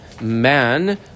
man